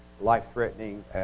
life-threatening